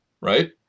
right